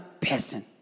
person